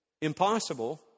impossible